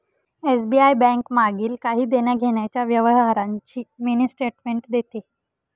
SBI bank मागील काही देण्याघेण्याच्या व्यवहारांची मिनी स्टेटमेंट देते